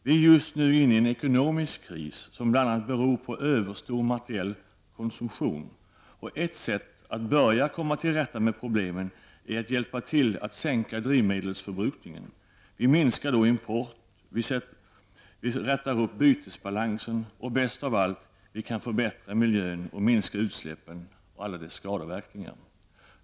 Vi är just nu inne i en ekonomisk kris som bl.a. beror på överstor materiell konsumtion. Ett sätt att börja komma till rätta med problemen är att man hjälper till att sänka drivsmedelsförbrukningen. Vi minskar då importen, vi förbättrar bytesbalansen, och bäst av allt, vi kan förbättra miljön och minska utsläppen och alla dess skadeverkningar.